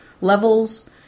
levels